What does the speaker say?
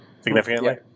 Significantly